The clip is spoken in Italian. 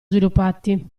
sviluppati